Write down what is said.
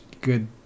good